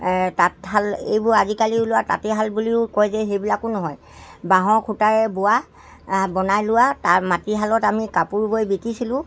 তাঁতশাল এইবোৰ আজিকালি ওলোৱা তাঁতীশাল বুলিও কয় যে সেইবিলাকো নহয় বাঁহৰ খুটাৰে বোৱা বনাই লোৱা তাৰ মাটিশালত আমি কাপোৰ বৈ বিকিছিলোঁ